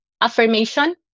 Affirmation